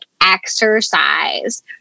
exercise